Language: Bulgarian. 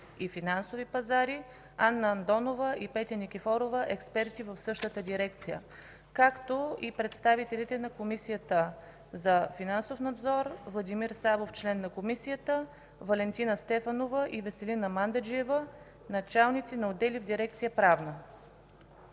и финансови пазари”, Анна Андонова и Петя Никифорова – експерти в същата дирекция, както и представители на Комисията за финансов надзор: Владимир Савов – член на Комисията, Валентина Стефанова и Веселина Мандаджиева – началници на отдели в дирекция „Правна”.